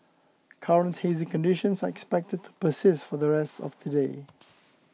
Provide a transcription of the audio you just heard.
current hazy conditions are expected to persist for the rest of today